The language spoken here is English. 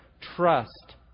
trust